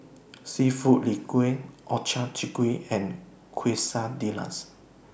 Seafood Linguine Ochazuke and Quesadillas